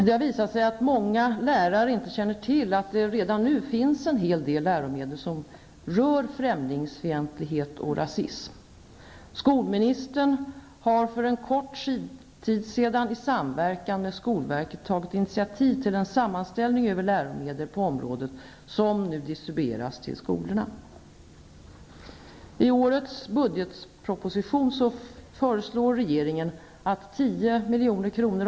Det har visat sig att många lärare inte känner till att det redan nu finns en hel del läromedel som rör främlingsfientlighet och rasism. Skolministern har för en kort tid sedan i samverkan med skolverket tagit initiativ till en sammanställning över läromedel på området. Den distribueras nu till skolorna.